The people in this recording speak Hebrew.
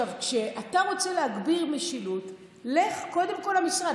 כשאתה רוצה להגביר משילות, לך קודם כול למשרד.